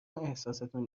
احساستون